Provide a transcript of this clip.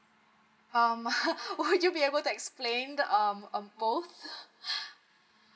um would you be able to explain the um both